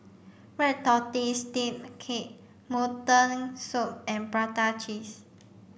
red tortoise steamed cake mutton soup and Prata cheese